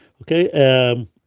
Okay